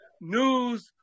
news